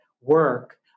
work